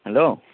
hello